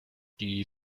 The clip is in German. die